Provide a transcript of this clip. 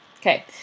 Okay